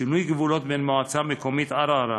שינוי גבולות בין המועצה המקומית ערערה